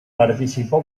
participó